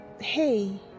Hey